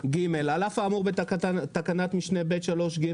"(ג) על אף האמור בתקנת משנה (ב)(3)(ג),